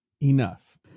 enough